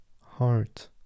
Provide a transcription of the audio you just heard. heart